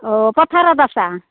অঁ পথাৰত আছা